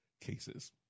cases